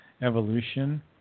evolution